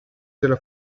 della